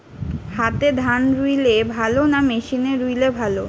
হাতে ধান রুইলে ভালো না মেশিনে রুইলে ভালো?